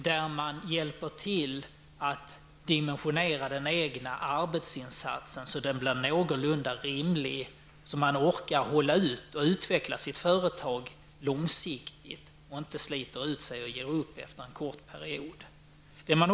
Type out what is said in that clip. De hjälper till att dimensionera ens egen arbetsinsats så att den blir någorlunda rimlig och så att man orkar hålla ut och utveckla sitt företag långsiktigt. Man får inte slita ut sig och ge upp efter en kort period.